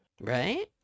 right